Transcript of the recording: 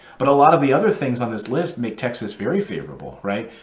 but a lot of the other things on this list make texas very favorable, right,